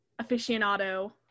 aficionado